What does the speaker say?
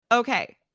Okay